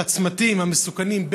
בצמתים המסוכנים,